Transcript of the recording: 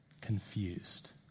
confused